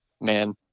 man